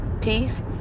peace